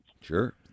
Sure